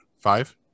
Five